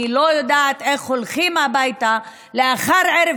אני לא יודעת איך הולכים הביתה לאחר ערב